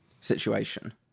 situation